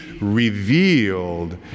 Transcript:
revealed